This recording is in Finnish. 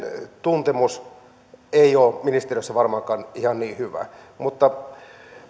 tuntemus ei ole ministeriössä varmaankaan ihan niin hyvä mutta